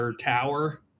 Tower